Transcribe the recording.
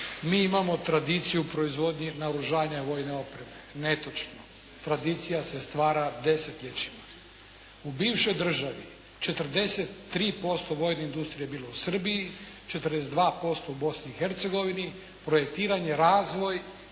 "Mi imamo tradiciju proizvodnje naoružanja vojne opreme". Netočno. Tradicija se stvara desetljećima. U bivšoj državi 43% vojne industrije je bilo u Srbiji, 42% u Bosni i Hercegovini, projektiranje razvoj